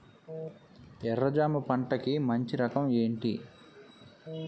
ఎర్ర జమ పంట కి మంచి రకం ఏంటి?